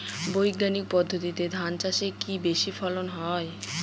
বৈজ্ঞানিক পদ্ধতিতে ধান চাষে কি বেশী ফলন হয়?